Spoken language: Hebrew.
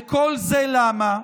וכל זה למה?